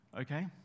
Okay